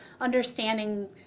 understanding